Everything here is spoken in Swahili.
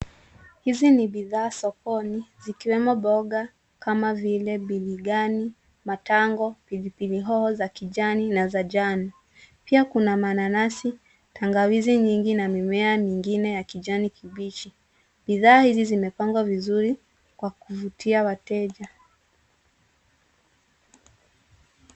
Hizi ni bidhaa sokoni zikiwemo mboga kama vile birigani, matango, pilipili hoho za kijani na za njano, pia kuna mananasi, tangawizi nyingi na mimea mingine ya kijani kibichi. Bidhaa hizi zimepangwa vizuri kwa kuvutia wateja.